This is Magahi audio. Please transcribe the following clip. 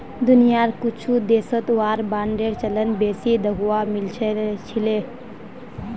दुनियार कुछु देशत वार बांडेर चलन बेसी दखवा मिल छिले